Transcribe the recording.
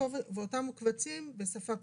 ואותם קבצים בשפה פשוטה.